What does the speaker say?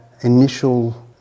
initial